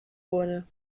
wurde